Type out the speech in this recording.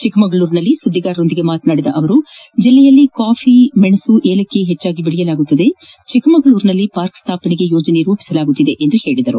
ಚಿಕ್ಕಮಗಳೂರಿನಲ್ಲಿ ಸುಧ್ಗಿಗಾರರೊಂದಿಗೆ ಮಾತನಾಡಿದ ಅವರು ಜಿಲ್ಲೆಯಲ್ಲಿ ಕಾಫಿ ಮೆಣಸು ಏವಿಲಕ್ಷಿ ಹೆಚ್ಚಾಗಿ ದೆಳೆಯಲಾಗುತ್ತಿದ್ದು ಚಿಕ್ಕಮಗಳೂರಿನಲ್ಲಿ ಪಾರ್ಕ್ ಸ್ಥಾಪನೆಗೆ ಯೋಜನೆ ರೂಪಿಸಲಾಗುತ್ತಿದೆ ಎಂದು ಹೇಳಿದರು